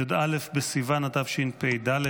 י"א בסיוון התשפ"ד,